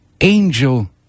Angel